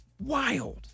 Wild